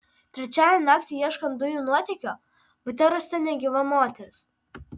trečiadienį naktį ieškant dujų nuotėkio bute rasta negyva moteris